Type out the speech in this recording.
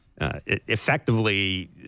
effectively